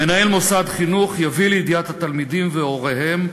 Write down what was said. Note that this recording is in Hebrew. מנהל מוסד חינוך יביא לידיעת התלמידים והוריהם,